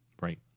Right